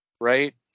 Right